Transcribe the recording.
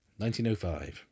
1905